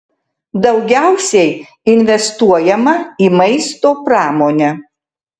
daugiausiai investuojama į maisto pramonę